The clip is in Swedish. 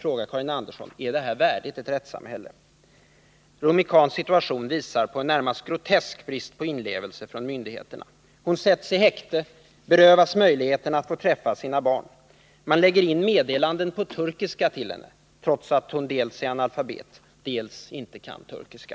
Rumi Cans situation visar på en närmast grotesk brist på inlevelse från myndigheternas sida. Hon sätts i häkte och berövas möjligheten att få träffa sina barn. Man lägger in meddelanden till henne på turkiska trots att hon dels är analfabet, dels inte kan turkiska.